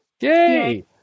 Yay